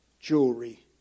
Jewelry